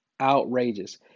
Outrageous